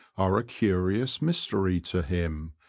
are a curious mystery to him,